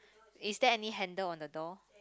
is there any handle on the door